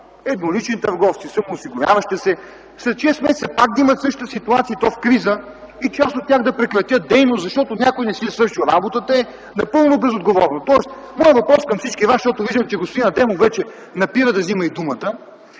еднолични търговци, самоосигуряващи се след 6 месеца пак да имат същата ситуация и то в криза, и част от тях да прекратят дейност, защото някой не си е свършил работата, е напълно безотговорно. Тоест моят въпрос към всички вас, защото виждам, че господин Адемов вече напира да взима думата,